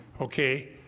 Okay